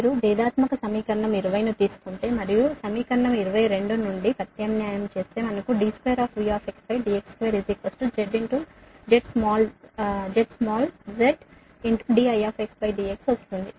మీరు భేదాత్మక సమీకరణం 20 ను తీసుకుంటే మరియు సమీకరణం 22 నుండి ప్రత్యామ్నాయం చేస్తే మనకు d2Vdx2z small z dIdx వస్తుంది